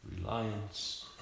reliance